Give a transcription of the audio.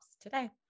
today